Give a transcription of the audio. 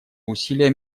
усилия